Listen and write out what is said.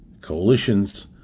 coalition's